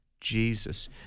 Jesus